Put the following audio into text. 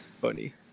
Funny